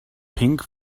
pink